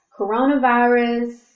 Coronavirus